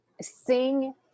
sing